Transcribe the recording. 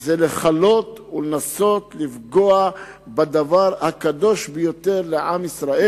הוא לכלות ולנסות לפגוע בדבר הקדוש ביותר לעם ישראל?